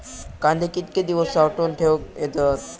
कांदे कितके दिवस साठऊन ठेवक येतत?